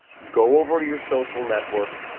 go over to your social network,